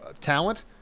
talent